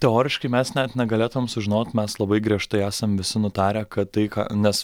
teoriškai mes net negalėtumėm sužinot mes labai griežtai esam visi nutarę kad tai ką nes